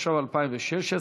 התשע"ו 2016,